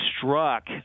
struck